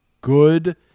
good